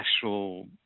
actual